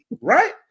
Right